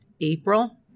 April